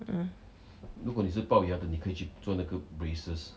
mm